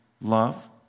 love